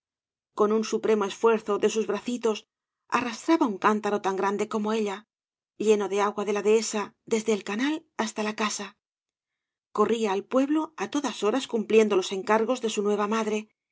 con un supremo esfuerzo de sus bracitos arrastraba un cántaro tan grande como ella lleno de agua de la dehesa desde ei canal hasta la casü corría el pueblo á todas horas cumpliendo les encargos de su nueva madre